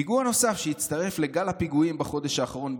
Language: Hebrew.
"פיגוע נוסף שהצטרף לגל הפיגועים בחודש האחרון,